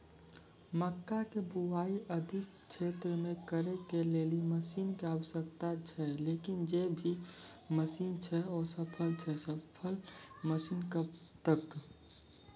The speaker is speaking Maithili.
मक्का के बुआई अधिक क्षेत्र मे करे के लेली मसीन के आवश्यकता छैय लेकिन जे भी मसीन छैय असफल छैय सफल मसीन कब तक?